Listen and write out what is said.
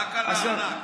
יש לו אחריות רק על הארנק.